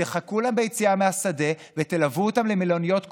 תחכו להם ביציאה מהשדה ותלוו אותם למלוניות קורונה.